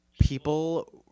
people